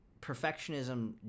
Perfectionism